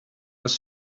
was